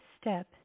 step